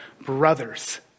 brothers